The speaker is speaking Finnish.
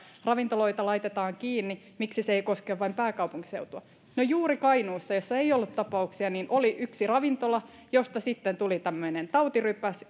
ravintoloita laitetaan kiinni ja miksi se ei koske vain pääkaupunkiseutua no juuri kainuussa jossa ei ollut tapauksia oli yksi ravintola josta sitten tuli tämmöinen tautirypäs